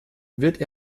wird